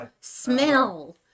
smell